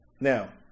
Now